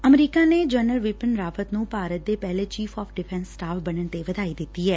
America ਨੇ general Bipin Rawat ਨੰ ਭਾਰਤ ਦੇ ਪਹਿਲੇ ਚੀਫ਼ ਆਫ਼ ਡਿਫੈਸ ਸਟਾਫ ਬਣਨ ਤੇ ਵਧਾਈ ਦਿੱਡੀ ਐ